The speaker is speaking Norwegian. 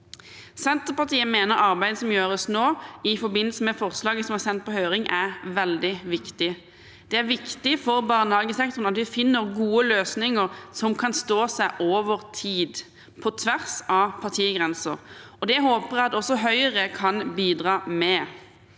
Senterpartiet mener at arbeidet som gjøres nå i forbindelse med forslaget som er sendt på høring, er veldig viktig. Det er viktig for barnehagesektoren at vi finner gode løsninger som kan stå seg over tid og på tvers av partigrenser. Det håper jeg at også Høyre kan bidra med.